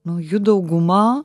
nu jų dauguma